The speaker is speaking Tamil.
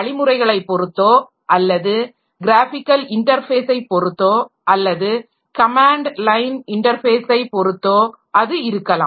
வழிமுறைகளை பொறுத்தோ அல்லது க்ராஃபிக்கல் இன்டர்ஃபேஸை பொறுத்தோ அல்லது கமேன்ட் லைன் இன்டர்ஃபேஸை பொறுத்தோ அது இருக்கலாம்